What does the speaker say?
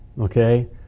okay